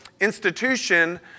institution